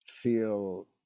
feel